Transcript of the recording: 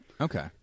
Okay